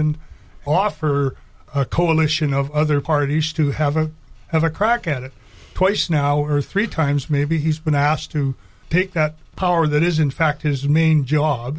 and offer a coalition of other parties to have a have a crack at it twice now or three times maybe he's been asked to take that power that is in fact his main job